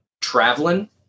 traveling